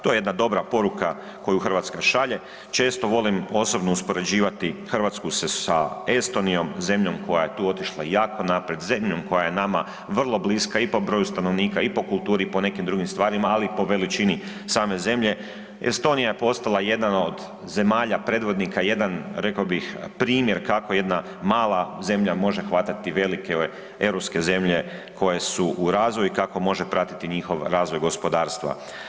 To je jedna dobra poruka koju Hrvatska šalje, često volim osobno uspoređivati Hrvatsku sa Estonijom, zemljom koja je tu otišla jako naprijed, zemljom koja je nama vrlo bliska i po broju stanovnika i po kulturi i po nekim drugim stvarima ali i po veličini same zemlje, Estonija je postala jedna od zemalja predvodnika, jedan rekao bih, primjer kako jedna mala zemlja može hvatati velike europske zemlje koje su u razvoju i kako može pratiti njihov razvoj gospodarstva.